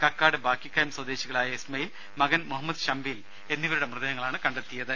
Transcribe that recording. കക്കാട് ബാക്കിക്കയം സ്വദേശികളായ ഇസ്മയിൽ മകൻ മുഹമ്മദ് ശംവീൽ എന്നിവരുടെ മൃതദേഹമാണ് കണ്ടെത്തിയത്